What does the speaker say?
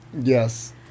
Yes